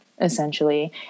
essentially